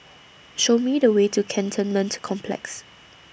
Show Me The Way to Cantonment Complex